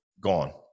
gone